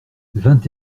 vingt